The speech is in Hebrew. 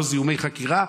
לא זיהומי חקירה,